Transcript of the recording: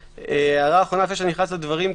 הערה אחרונה לפני שאכנס לדברים.